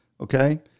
okay